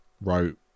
wrote